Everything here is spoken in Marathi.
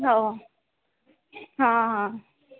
हो हां हां